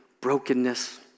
brokenness